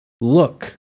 look